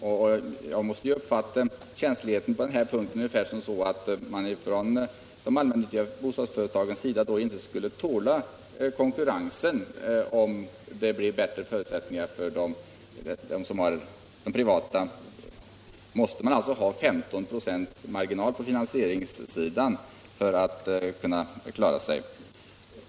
Jag måste uppfatta känsligheten på denna punkt ungefär så, att de allmännyttiga bostadsföretagen inte skulle tåla konkurrensen om det blev bättre förutsättningar för de privata. Måste man ha 15 ?6 marginal på finansieringssidan för att kunna klara sig?